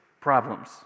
problems